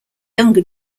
younger